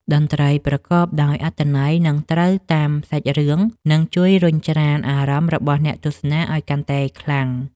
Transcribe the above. តន្ត្រីប្រកបដោយអត្ថន័យ និង ត្រូវតាមសាច់រឿងនឹងជួយរុញច្រានអារម្មណ៍របស់អ្នកទស្សនាឱ្យកាន់តែខ្លាំង។